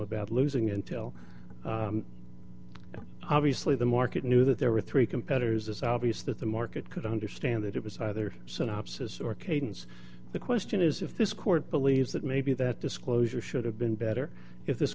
about losing until obviously the market knew that there were three competitors it's obvious that the market could understand that it was either synopsis or cadence the question is if this court believes that maybe that disclosure should have been better if this